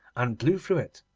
and blew through it.